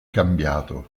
cambiato